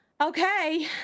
okay